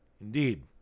Indeed